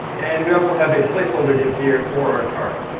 and we also have a placeholder div here for our chart.